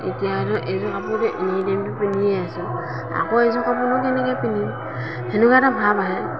এতিয়া এইযোৰ কাপোৰতো এনি টাইমতো পিন্ধিয়ে আছোঁ আকৌ এইযোৰ কাপোৰনো কেনেকৈ পিন্ধিম সেনেকুৱা এটা ভাৱ আহে